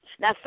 Now